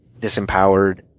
disempowered